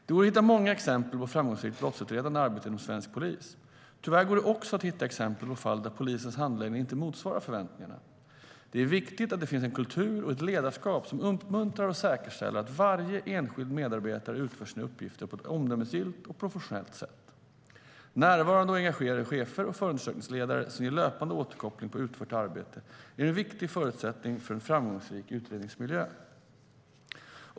Det går att hitta många exempel på framgångsrikt brottsutredande arbete inom svensk polis. Tyvärr går det också att hitta exempel på fall där polisens handläggning inte motsvarar förväntningarna. Det är viktigt att det finns en kultur och ett ledarskap som uppmuntrar och säkerställer att varje enskild medarbetare utför sina uppgifter på ett omdömesgillt och professionellt sätt. Närvarande och engagerade chefer och förundersökningsledare som ger löpande återkoppling på utfört arbete är en viktig förutsättning för en framgångsrik utredningsmiljö.